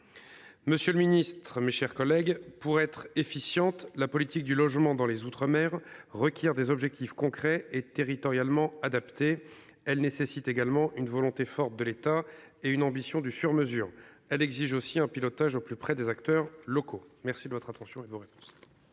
Monsieur le Ministre, mes chers collègues pour être efficiente, la politique du logement dans les outre-mer requiert des objectifs concrets et territorialement adaptée, elle nécessite également une volonté forte de l'État et une ambition du sur mesure. Elle exige aussi un pilotage au plus près des acteurs locaux. Merci de votre attention et vos réponses.